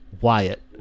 wyatt